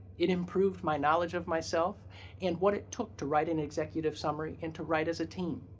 it improved my knowledge of myself and what it took to write an executive summary and to write as a team.